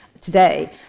today